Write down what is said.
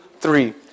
three